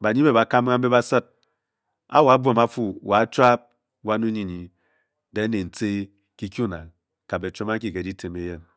ba nyinbe ba kambe ba sid, a-wo a-buom a-fu wo a-chuap wan onyinyin den nen tce ki ku na? Kabe kabe cham a-nkyi ke dyitiem eyen.